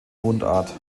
mundart